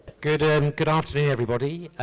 good and good afternoon, everybody.